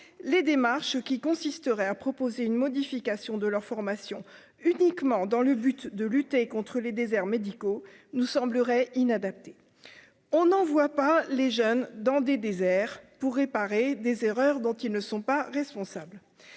les démarches qui consisterait à proposer une modification de leur formation uniquement dans le but de lutter contre les déserts médicaux nous semblerait inadaptés, on n'envoie pas les jeunes dans des déserts pour réparer des erreurs dont ils ne sont pas responsables,